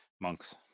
monks